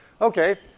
Okay